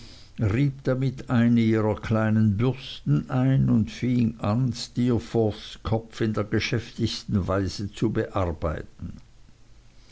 rieb damit eine ihrer kleinen bürsten ein und fing an steerforths kopf in der geschäftigsten weise zu bearbeiten